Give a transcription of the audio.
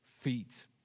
feet